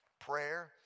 prayer